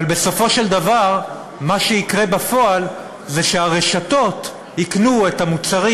אבל בסופו של דבר מה שיקרה בפועל זה שהרשתות יקנו את המוצרים